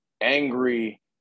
angry